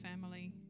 family